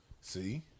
See